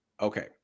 Okay